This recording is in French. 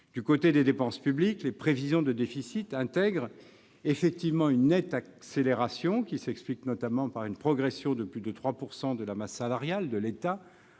Du côté des dépenses publiques, les prévisions de déficit intègrent effectivement une nette accélération, qui s'explique notamment par une progression de plus de 3 % de la masse salariale de l'État